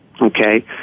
okay